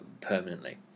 permanently